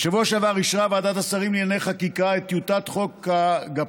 בשבוע שעבר אישרה ועדת השרים לענייני חקיקה את טיוטת חוק הגפ"מ,